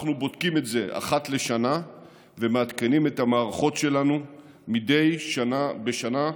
אנחנו בודקים את זה אחת לשנה ומעדכנים את המערכות שלנו מדי שנה בשנה.